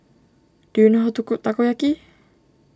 do you know how to cook Takoyaki